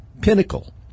pinnacle